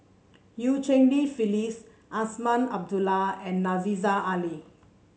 Eu Cheng Li Phyllis Azman Abdullah and Aziza Ali